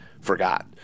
forgot